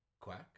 quack